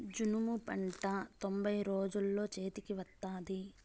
జనుము పంట తొంభై రోజుల్లో చేతికి వత్తాది